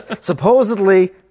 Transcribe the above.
supposedly